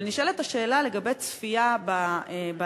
אבל נשאלת השאלה לגבי צפייה בתמונות,